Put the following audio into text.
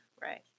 Right